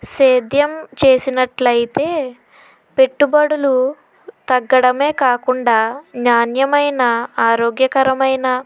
సేద్యం చేసినట్లయితే పెట్టుబడులు తగ్గడమే కాకుండా నాణ్యమైన ఆరోగ్యకరమైన